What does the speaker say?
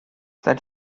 seit